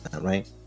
right